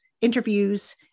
interviews